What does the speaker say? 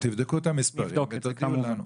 תבדקו את המספרים ותודיעו לנו.